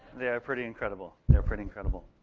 they're pretty incredible, they're pretty incredible.